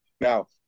Now